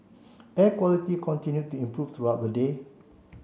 air quality continued to improve throughout the day